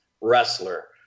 wrestler